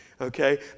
okay